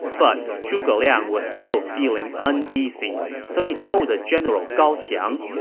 but zhuge liang was still feeling uneasy, so he told the general gao xiang,